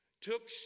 took